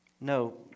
No